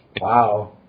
Wow